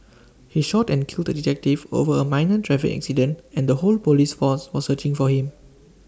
he shot and killed the detective over A minor traffic accident and the whole Police force was searching for him